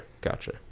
gotcha